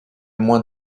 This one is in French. moins